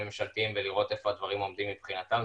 ממשלתיים ולראות איפה הדברים עומדים מבחינתם,